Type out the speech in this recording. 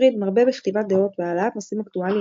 פריד מרבה בכתיבת דעות והעלת נושאים אקטואליים